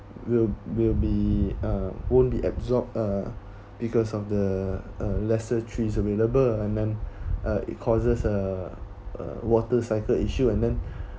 will will be uh won't be absorbed uh because of the uh lesser trees available and then uh it causes uh uh water cycle issue and then